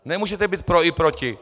Nemůžete být pro i proti!